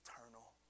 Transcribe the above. eternal